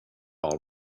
all